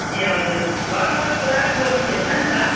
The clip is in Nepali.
ए हजुर घरमा त पुरा गोली खेल्छ नि त